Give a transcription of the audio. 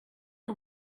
are